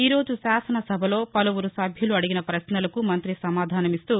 ఈ రోజు శాసన సభలో పలువురు సభ్యులు అడిగిన పశ్నలకు మంతి సమాధానం ఇస్తూ